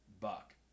buck